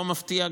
לא מפתיע,